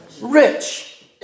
rich